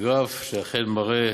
גרף שאכן מראה